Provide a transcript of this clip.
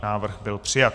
Návrh byl přijat.